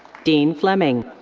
dean fleming.